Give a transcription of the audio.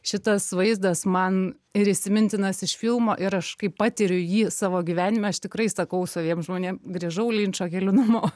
šitas vaizdas man ir įsimintinas iš filmo ir aš kai patiriu jį savo gyvenime aš tikrai sakau saviem žmonėm grįžau linčo keliu namo